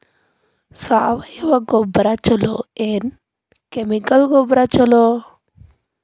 ಸಾವಯವ ಗೊಬ್ಬರ ಛಲೋ ಏನ್ ಕೆಮಿಕಲ್ ಗೊಬ್ಬರ ಛಲೋ?